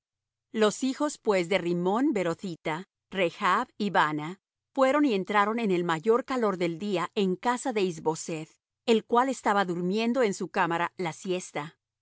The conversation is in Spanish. los hijos pues de rimmón beerothita rechb y baana fueron y entraron en el mayor calor del día en casa de is boseth el cual estaba durmiendo en su cámara la siesta